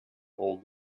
old